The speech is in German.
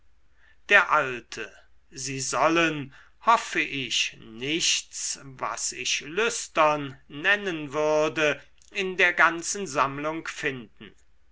der alte sie sollen hoffe ich nichts was ich lüstern nennen würde in der ganzen sammlung finden